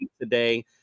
today